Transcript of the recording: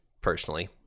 personally